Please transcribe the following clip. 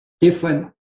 different